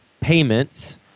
payments